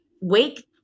wake